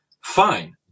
fine